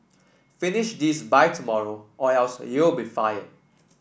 finish this by tomorrow or else you'll be fired